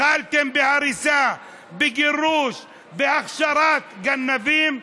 התחלתם בהריסה, בגירוש, בהכשרת גנבים.